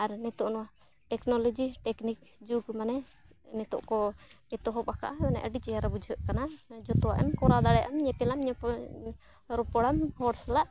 ᱟᱨ ᱱᱤᱛᱳᱜ ᱱᱚᱣᱟ technology technique ᱡᱩᱜᱽ ᱢᱟᱱᱮ ᱱᱤᱛᱳᱜ ᱠᱚ ᱮᱛᱚᱦᱚᱵ ᱟᱠᱟᱜᱼᱟ ᱢᱟᱱᱮ ᱟᱹᱰᱤ ᱪᱮᱦᱨᱟ ᱵᱩᱡᱷᱟᱹᱜ ᱠᱟᱱᱟ ᱡᱷᱚᱛᱚᱣᱟᱜ ᱮᱢ ᱠᱚᱨᱟᱣ ᱫᱟᱲᱮᱭᱟᱜᱼᱟᱢ ᱧᱮᱯᱮᱞᱟᱢ ᱧᱟᱯᱟᱢᱟᱢ ᱨᱚᱯᱚᱲᱟᱢ ᱦᱚᱲ ᱥᱟᱞᱟᱜ